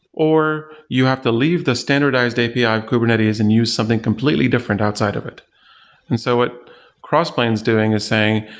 or you have to leave the standardized api ah and kubernetes and use something completely different outside of it and so what crossplane is doing is saying,